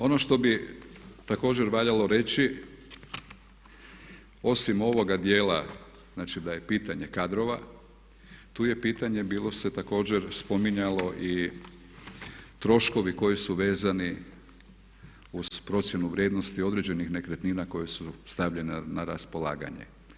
Ono što bi također valjalo reći osim ovoga dijela znači da je pitanje kadrova tu je pitanje bilo se također spominjalo i troškovi koji su vezani uz procjenu vrijednosti određenih nekretnina koje su stavljene na raspolaganje.